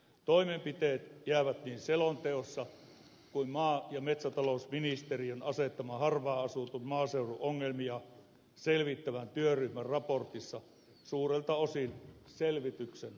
toimenpiteet jäävät niin selonteossa kuin maa ja metsätalousministeriön asettaman harvaanasutun maaseudun ongelmia selvittävän työryhmän raportissakin suurelta osin selvityksen tasolle